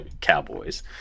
cowboys